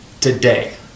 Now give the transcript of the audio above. today